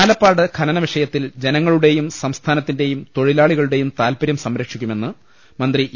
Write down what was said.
ആലപ്പാട് ഖനന വിഷയത്തിൽ ജനങ്ങളുടെയും സംസ്ഥാന ത്തിന്റെയും തൊഴിലാളികളുടെയും താൽപ്പരൃം സംരക്ഷിക്കു മെന്ന് മന്ത്രി ഇ